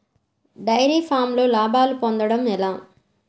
Dairy ఫామ్లో లాభాలు పొందడం ఎలా?